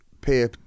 pay